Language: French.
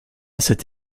cette